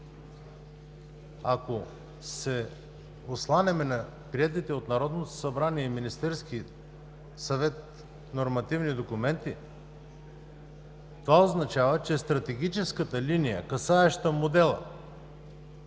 Ако се осланяме на приетите от Народното събрание и Министерския съвет нормативни документи, това означава, че стратегическата линия, касаеща модела,